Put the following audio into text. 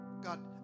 God